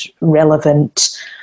relevant